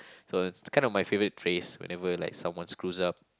so it's kind of my favourite phrase whenever like someone screws up